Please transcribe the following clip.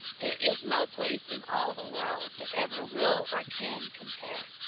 there is no place, in all the world, that ever will or can compare.